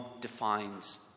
defines